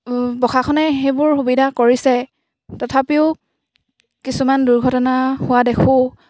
প্ৰশাসনে সেইবোৰ সুবিধা কৰিছে তথাপিও কিছুমান দুৰ্ঘটনা হোৱা দেখোঁ